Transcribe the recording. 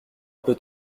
peu